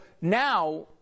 now